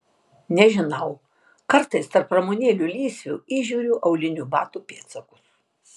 nežinau kartais tarp ramunėlių lysvių įžiūriu aulinių batų pėdsakus